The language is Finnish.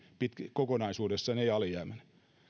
kokonaisuudessaan ei alijäämäinen